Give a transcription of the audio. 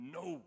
no